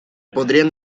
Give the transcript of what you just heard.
podrían